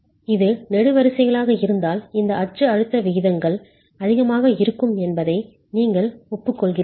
இது நெடுவரிசைகளாக இருந்தால் இந்த அச்சு அழுத்த விகிதங்கள் அதிகமாக இருக்கும் என்பதை நீங்கள் ஒப்புக்கொள்கிறீர்களா